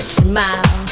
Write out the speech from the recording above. smile